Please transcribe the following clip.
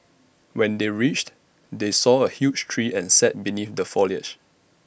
when they reached they saw A huge tree and sat beneath the foliage